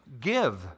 give